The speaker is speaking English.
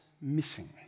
missing